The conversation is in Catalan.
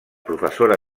professora